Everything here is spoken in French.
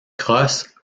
crosse